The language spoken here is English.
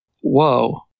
whoa